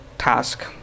task